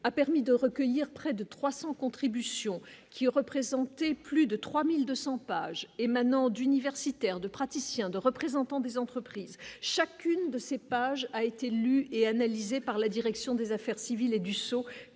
a permis de recueillir près de 300 contributions qui ont représenté plus de 3200 pages émanant d'universitaires de praticiens de représentants des entreprises, chacune de ces pages a été lue et analysée par la Direction des affaires civiles et du sceau